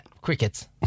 crickets